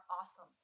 awesome